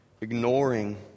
ignoring